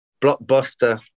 Blockbuster